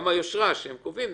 גם היושרה שהם קובעים.